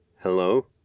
Hello